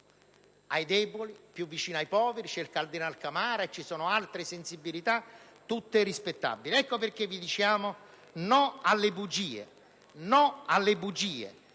ai deboli, ai poveri; c'è il cardinal Camara e ci sono altre sensibilità, tutte rispettabili. Ecco perché vi diciamo no alle bugie.